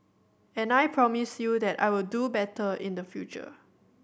and I promise you that I will do better in the future